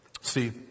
See